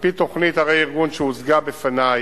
על-פי תוכנית הרה-ארגון שהוצגה בפני,